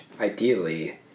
ideally